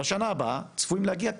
בשנה הבאה צפויים להגיע,